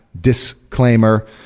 disclaimer